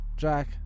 Jack